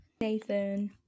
Nathan